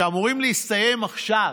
שאמורות להסתיים עכשיו,